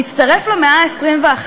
להצטרף למאה ה-21,